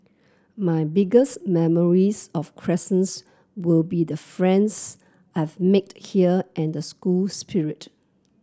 my biggest memories of Crescents will be the friends I've here and the school spirit